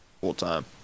full-time